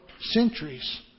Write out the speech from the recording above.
centuries